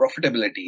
profitability